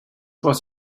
was